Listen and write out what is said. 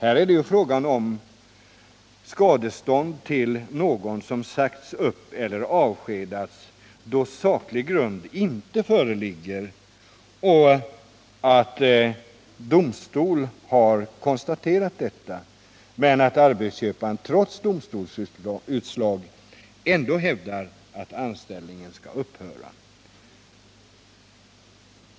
Här är det ju också fråga om skadestånd till någon som sagts upp eller avskedats då saklig grund enligt domstolsutslag inte föreligger och då arbetsköparen trots domstolsutslaget hävdar att anställningen skall upphöra.